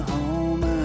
Home